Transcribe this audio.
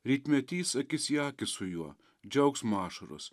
rytmetys akis į akį su juo džiaugsmo ašaros